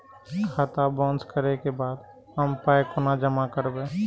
खाता बाउंस करै के बाद हम पाय कोना जमा करबै?